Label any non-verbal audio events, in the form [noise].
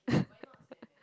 [laughs]